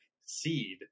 seed